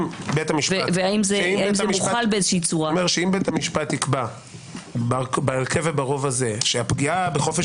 אם בית המשפט יקבע בהרכב ברוב הזה שפגיעה בחופש